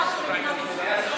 צביונה של מדינת ישראל.